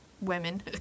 women